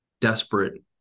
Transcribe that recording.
desperate